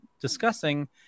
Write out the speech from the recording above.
discussing